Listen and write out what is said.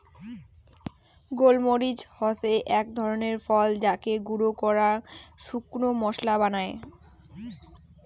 গোল মরিচ হসে আক ধরণের ফল যাকে গুঁড়ো করাং শুকনো মশলা বানায়